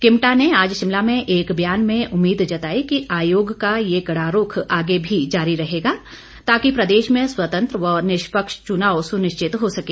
किमटा ने आज शिमला में एक ब्यान में उम्मीद जताई कि आयोग का ये कड़ा रूख आगे भी जारी रहेगा ताकि प्रदेश में स्वतंत्र व निष्पक्ष चुनाव सुनिश्चित हो सके